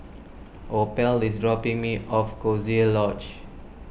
Opal is dropping me off Coziee Lodge